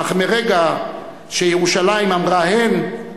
אך מרגע שירושלים אמרה "הן",